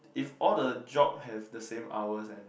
if all the job have the same hours and